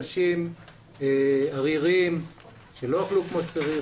אנשים עריריים שלא אכלו כמו שצריך,